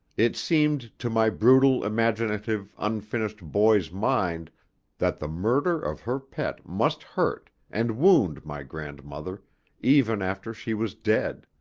it seemed to my brutal, imaginative, unfinished boy's mind that the murder of her pet must hurt and wound my grandmother even after she was dead.